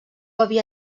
havia